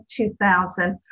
2000